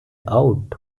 out